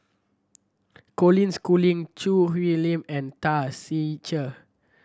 Colin Schooling Choo Hwee Lim and Tan Ser Cher